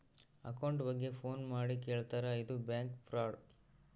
account ಬಗ್ಗೆ phone ಮಾಡಿ ಕೇಳ್ತಾರಾ ಇದು ಬ್ಯಾಂಕ್ ಫ್ರಾಡ್